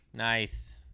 Nice